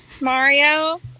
Mario